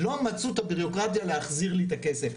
לא מצאו את הבירוקרטיה להחזיר לי את הכסף.